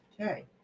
Okay